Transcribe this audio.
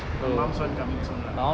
my mom's one coming soon lah